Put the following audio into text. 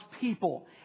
people